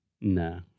No